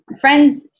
Friends